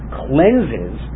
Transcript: cleanses